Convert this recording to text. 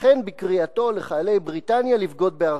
וכן בקריאתו לחיילי בריטניה לבגוד בארצם.